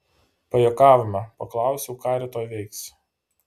pajuokavome paklausiau ką rytoj veiks